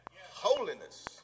Holiness